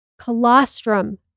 Colostrum